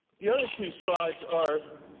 the other two sides are